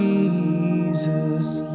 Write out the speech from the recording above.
Jesus